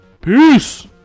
Peace